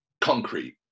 concrete